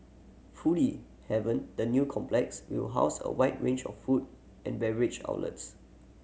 foodie haven the new complex will house a wide range of food and beverage outlets